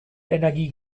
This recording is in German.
energie